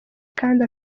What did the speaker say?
kandi